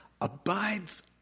abides